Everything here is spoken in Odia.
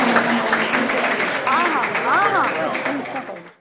ହଁ ହଁ ହଁ ହଁ ହଁ ମୁଁ ନିଶ୍ଚୟ କହିବି